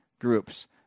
groups